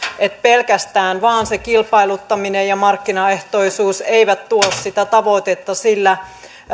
niin pelkästään se kilpailuttaminen ja markkinaehtoisuus eivät tuo sitä tavoitetta sillä